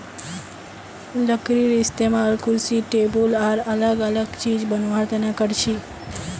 लकडीर इस्तेमाल कुर्सी टेबुल आर अलग अलग चिज बनावा तने करछी